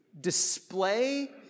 display